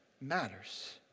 matters